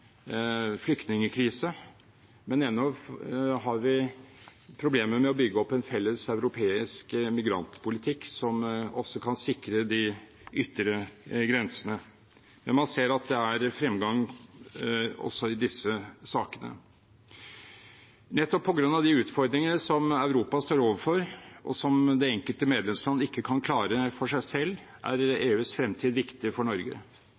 flyktningkrise, men ennå har vi problemer med å bygge opp en felles europeisk migrantpolitikk som også kan sikre de ytre grensene. Men man ser at det er fremgang også i disse sakene. Nettopp på grunn av de utfordringene som Europa står overfor, og som det enkelte medlemsland ikke kan klare selv, er EUs fremtid viktig for Norge.